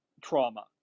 trauma